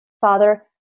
Father